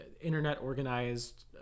Internet-organized